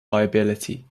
liability